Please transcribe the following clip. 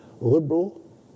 liberal